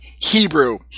Hebrew